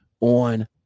on